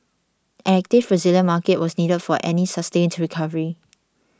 an active Brazilian market was needed for any sustained recovery